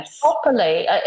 properly